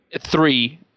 three